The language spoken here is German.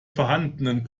vorhandenen